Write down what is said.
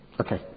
Okay